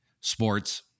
sports